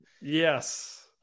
Yes